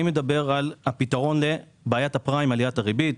אני מדבר על הפתרון לבעיית הפריים, עליית הריבית.